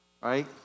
right